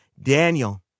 Daniel